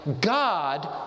God